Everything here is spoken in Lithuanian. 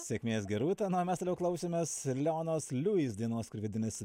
sėkmės gerūta na o mes toliau klausomės leonos liuis dainos kuri vadinasi